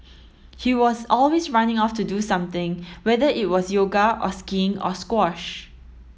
he was always running off to do something whether it was yoga or skiing or squash